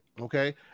okay